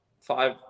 five